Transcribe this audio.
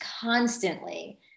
constantly